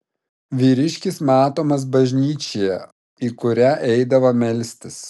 vyriškis matomas bažnyčioje į kurią eidavo melstis